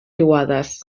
riuades